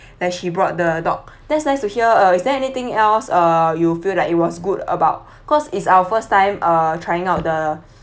that she brought the dog that's nice to hear uh is there anything else uh you feel like it was good about cause is our first time uh trying out the